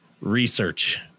research